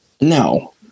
no